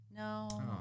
No